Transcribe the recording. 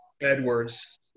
Edwards